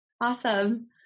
Awesome